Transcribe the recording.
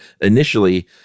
initially